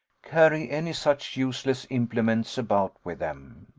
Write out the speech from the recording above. carry any such useless implements about with them.